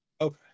Okay